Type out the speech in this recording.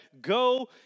Go